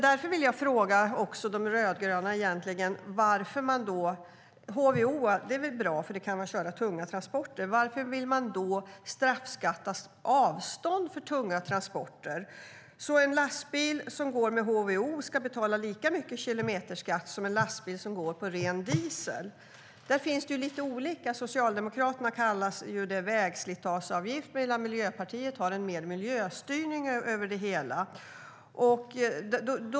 Därför vill jag fråga de rödgröna: Om HVO är bra eftersom man kan köra tunga transporter på, varför man vill straffbeskatta avstånd för tunga transporter så att en lastbil som går med HVO ska betala lika mycket i kilometerskatt som en lastbil som går på ren diesel? Där finns det lite olika begrepp; Socialdemokraterna kallar det vägslitageavgift medan Miljöpartiet har mer av en miljöstyrning över det hela.